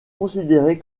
considéré